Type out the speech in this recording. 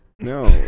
No